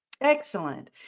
Excellent